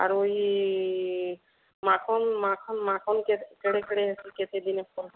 ଆରୁ ଇ ମାଖନ୍ ମାଖନ୍ ମାଖନ୍ କେଡ଼େ କେଡ଼େ ହେସି କେତେ ଦିନେ ଫଲସି